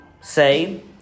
say